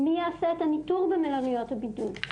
מי יעשה את הניטור במלוניות הבידוד.